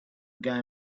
going